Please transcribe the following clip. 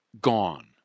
gone